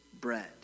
bread